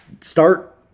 start